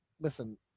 listen